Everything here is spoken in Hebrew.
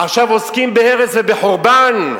עכשיו עוסקים בהרס ובחורבן?